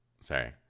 sorry